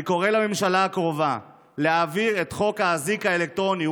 אני קורא לממשלה הקרובה להעביר את חוק האזיק האלקטרוני.